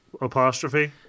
apostrophe